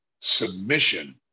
submission